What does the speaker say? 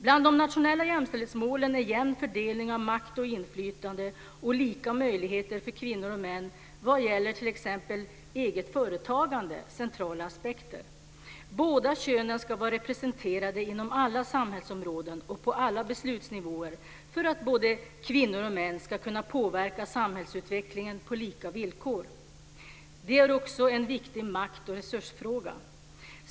Bland de nationella jämställdhetsmålen är jämn fördelning av makt och inflytande och lika möjligheter för kvinnor och män vad gäller t.ex. eget företagande centrala aspekter. Båda könen ska vara representerade inom alla samhällsområden och på alla beslutsnivåer för att både kvinnor och män ska kunna påverka samhällsutvecklingen på lika villkor. Detta är också en viktig makt och resursfråga.